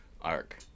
arc